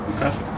Okay